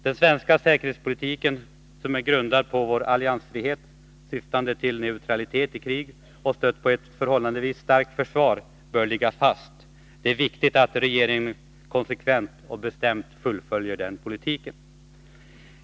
Den svenska säkerhetspolitiken, grundad på vår alliansfrihet syftande till neutralitet i krig och stödd på ett för våra förhållanden starkt försvar, bör ligga fast. Det är viktigt att regeringen konsekvent och bestämt fullföljer denna politik.